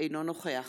אינו נוכח